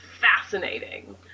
fascinating